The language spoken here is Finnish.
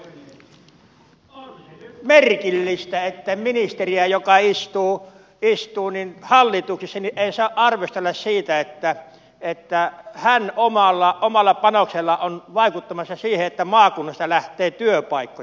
on se nyt merkillistä että ministeriä joka istuu hallituksessa ei saa arvostella siitä että hän omalla panoksellaan on vaikuttamassa siihen että maakunnasta lähtee työpaikkoja